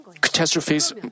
catastrophes